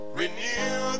renew